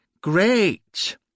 Great